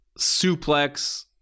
suplex